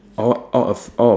oh oh a ph~